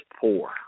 poor